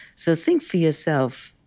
so think for yourself,